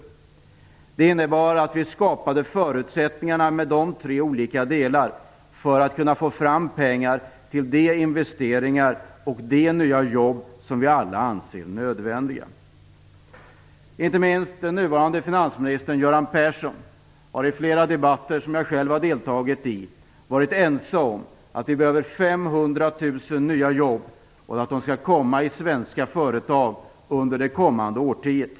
Dessa tre delar innebar att vi skapade förutsättningar för att få fram pengar till de investeringar och de nya jobb som vi alla anser är nödvändiga. Inte minst den nuvarande finansministern Göran Persson har i flera debatter, där jag själv deltagit, varit införstådd med att vi behöver 500 000 nya jobb och att de skall skapas i svenska företag under det kommande årtiondet.